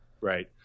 right